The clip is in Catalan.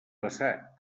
passat